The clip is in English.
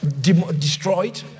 destroyed